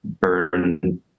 burn